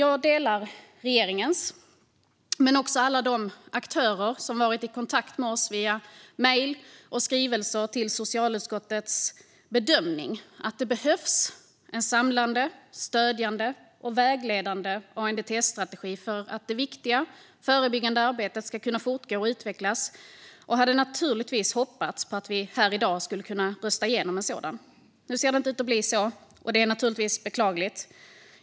Jag håller med regeringen men också alla de aktörer som varit i kontakt med oss i socialutskottet via mejl och skrivelser om att det behövs en samlande, stödjande och vägledande ANDTS-strategi för att det viktiga förebyggande arbetet ska kunna fortgå och utvecklas. Jag hade naturligtvis hoppats att vi hade kunnat rösta igenom en sådan strategi här. Nu ser det inte ut att bli så, och det är beklagligt.